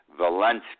Valensky